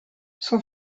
son